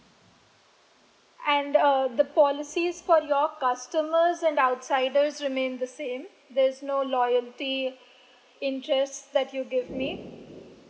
and uh the policies for your customers and outsiders remain the same there's no loyalty interest that you give me